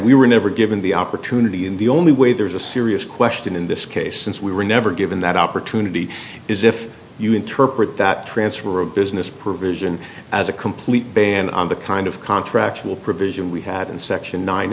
we were never given the opportunity and the only way there is a serious question in this case since we were never given that opportunity is if you interpret that transfer of business provision as a complete ban on the kind of contracts will provision we had in section nine